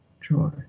joy